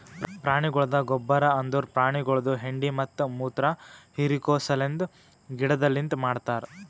ಪ್ರಾಣಿಗೊಳ್ದ ಗೊಬ್ಬರ್ ಅಂದುರ್ ಪ್ರಾಣಿಗೊಳ್ದು ಹೆಂಡಿ ಮತ್ತ ಮುತ್ರ ಹಿರಿಕೋ ಸಲೆಂದ್ ಗಿಡದಲಿಂತ್ ಮಾಡ್ತಾರ್